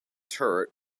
turret